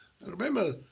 Remember